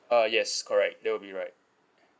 uh yes correct that will be right